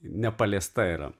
nepaliesta yra